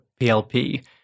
PLP